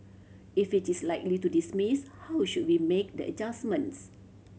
if it is likely to dismiss how should we make the adjustments